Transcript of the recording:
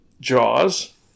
Jaws